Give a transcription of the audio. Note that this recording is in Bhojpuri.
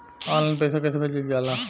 ऑनलाइन पैसा कैसे भेजल जाला?